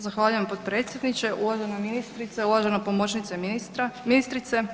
Zahvaljujem potpredsjedniče, uvaženi ministrice, uvažena pomoćnice ministrice.